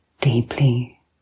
deeply